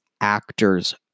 actors